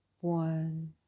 one